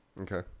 Okay